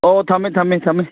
ꯑꯣ ꯊꯝꯃꯦ ꯊꯝꯃꯦ ꯊꯝꯃꯦ